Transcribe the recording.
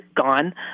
gone